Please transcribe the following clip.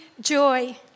joy